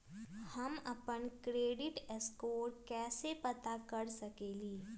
हम अपन credit score कैसे पता कर सकेली?